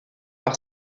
par